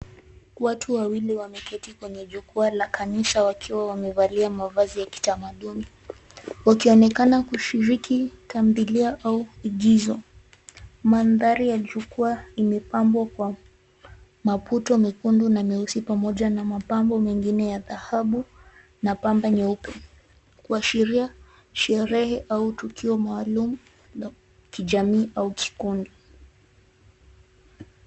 Watu wawili wameketi kwenye jukwaa la kanisa wakiwa wamevalia mavazi ya kitamaduni. Wakionekana kushiriki tamthilia au igizo. Mandhari ya jukwaa imepambwa kwa, maputo mekundu na meusi pamoja na mapambo mengine ya dhahabu, na pamba nyeupe. Kuashiria sherehe au tukio maalum la kijamii au kikundi.